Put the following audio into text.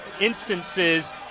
instances